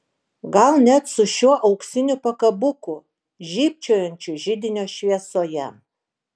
gal net su šiuo auksiniu pakabuku žybčiojančiu židinio šviesoje